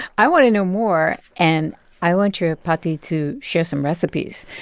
i want to know more, and i want your paati to share some recipes.